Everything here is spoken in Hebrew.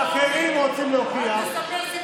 ואחרים רוצים להוכיח,